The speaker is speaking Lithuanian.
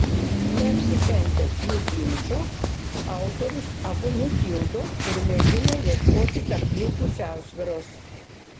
neapsikentęs jų ginčo autorius abu nutildo ir mėgina ieškoti tarp jų pusiausvyros